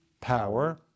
Power